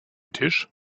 tisch